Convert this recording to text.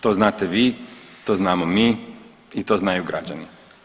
To znate vi, to znamo mi i to znaju građani.